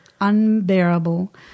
unbearable